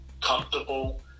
Comfortable